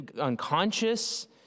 unconscious